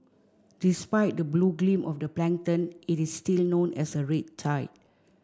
despite the blue gleam of the plankton it is still known as a red tide